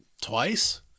twice